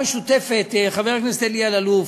חבר הכנסת אלי אלאלוף,